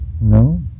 No